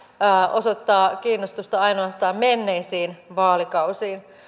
osoittaa kiinnostusta ainoastaan menneisiin vaalikausiin